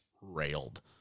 railed